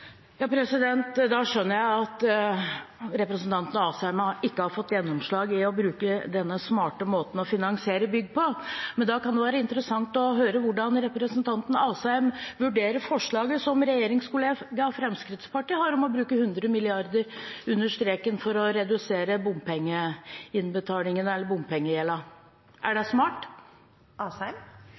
Da skjønner jeg at representanten Asheim ikke har fått gjennomslag for å bruke denne smarte måten å finansiere bygg på. Men da kan det være interessant å høre hvordan representanten Asheim vurderer forslaget som regjeringskollega Fremskrittspartiet har, om å bruke 100 milliarder under streken for å redusere bompengegjelden. Er det smart?